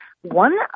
One